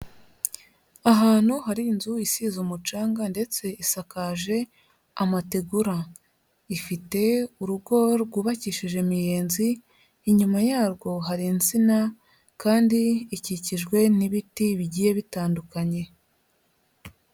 Ahantu hari inzu isize umucanga, ndetse isakaje amategura, ifite urugo rwubakishije imiyenzi, inyuma yarwo hari insina, kandi ikikijwe n'ibiti bigiye bitandukanye.